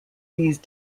these